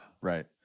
Right